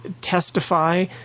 testify